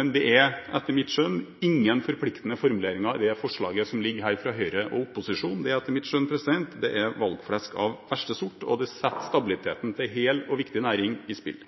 men det er etter mitt skjønn ingen forpliktende formuleringer i det forslaget som foreligger fra Høyre og opposisjonen. Det er etter mitt skjønn valgflesk av verste sort, og det setter stabiliteten til en hel og viktig næring på spill.